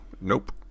nope